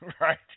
Right